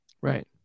Right